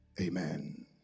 Amen